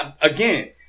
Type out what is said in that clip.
again